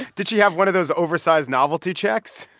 did she have one of those oversized novelty checks?